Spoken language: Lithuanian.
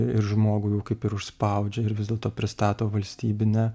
ir žmogų jau kaip ir užspaudžia ir vis dėlto pristato valstybinę